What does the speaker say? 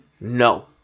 No